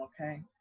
okay